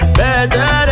better